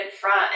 front